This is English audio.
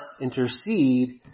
intercede